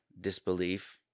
Disbelief